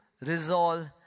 resolve